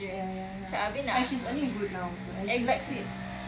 ya ya ya and she's earning good now also and she likes it